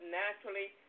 naturally